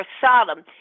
Sodom